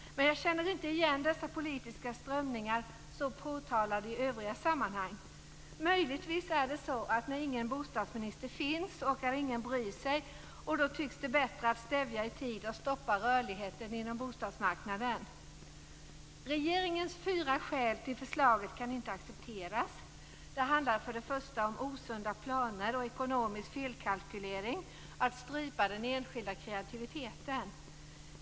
Men jag känner inte igen dessa politiska strömningar, så påtalade i övriga sammanhang. Möjligtvis är det så att när ingen bostadsminister finns orkar ingen bry sig, och då tycks det bättre att stävja i tid och stoppa rörligheten inom bostadsmarknaden. Regeringens fyra skäl till förslaget kan inte accepteras. Det handlar först och främst om osunda planer och ekonomisk felkalkylering att strypa den enskilda kreativiteten.